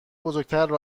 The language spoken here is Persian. بزرگتر